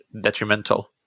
detrimental